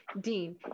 Dean